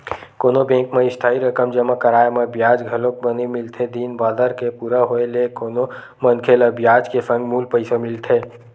कोनो बेंक म इस्थाई रकम जमा कराय म बियाज घलोक बने मिलथे दिन बादर के पूरा होय ले कोनो मनखे ल बियाज के संग मूल पइसा मिलथे